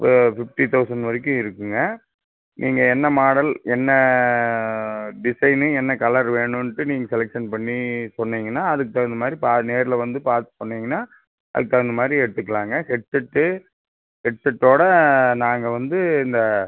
ஒரு fifty thousand வரைக்கும் இருக்குங்க நீங்கள் என்ன மாடல் என்ன டிசைனு என்ன கலர் வேணும்ன்ட்டு நீங்கள் செலக்ஷன் பண்ணி சொன்னிங்கனா அதுக்கு தகுந்த மாதிரி நேரில் வந்து பார்த்து சொன்னிங்கனா அதுக்கு தகுந்த மாதிரி எடுத்துக்கலாம்ங்க ஹெட்செட்டு ஹெட்செட்டோடு நாங்கள் வந்து இந்த